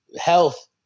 health